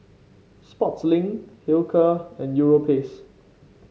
Sportslink Hilker and Europace